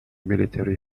military